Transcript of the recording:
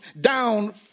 down